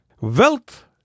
Wealth